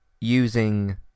using